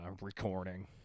recording